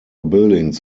buildings